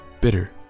bitter